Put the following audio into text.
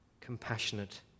compassionate